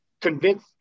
convince